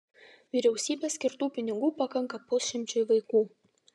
vyriausybės skirtų pinigų pakanka pusšimčiui vaikų